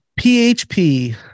PHP